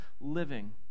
living